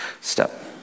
step